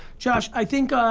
josh, i think,